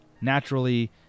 naturally